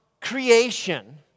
creation